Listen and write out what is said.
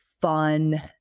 fun